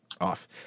off